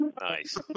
Nice